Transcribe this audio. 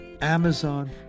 Amazon